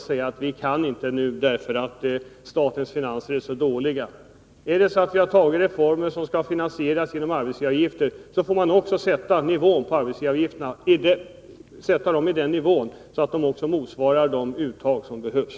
Har vi fattat beslut om reformer som skall finansieras genom arbetsgivaravgifter får man också lägga arbetsgivaravgifterna på en sådan nivå att de motsvarar de uttag som behövs.